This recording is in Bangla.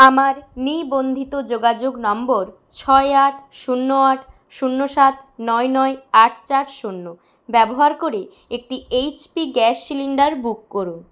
আমার নিবন্ধিত যোগাযোগ নাম্বর ছয় আট শূন্য আট শূন্য সাত নয় নয় আট চার শূন্য ব্যবহার করে একটি এইচপি গ্যাস সিলিন্ডার বুক করুন